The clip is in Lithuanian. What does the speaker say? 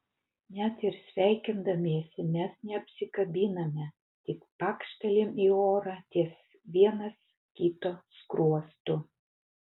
net ir sveikindamiesi mes neapsikabiname tik pakštelim į orą ties vienas kito skruostu